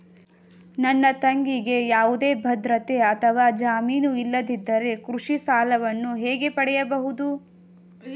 ನನ್ನ ತಂಗಿಗೆ ಯಾವುದೇ ಭದ್ರತೆ ಅಥವಾ ಜಾಮೀನು ಇಲ್ಲದಿದ್ದರೆ ಕೃಷಿ ಸಾಲವನ್ನು ಹೇಗೆ ಪಡೆಯಬಹುದು?